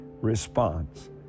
response